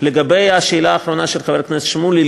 לגבי השאלה האחרונה של חבר הכנסת שמולי,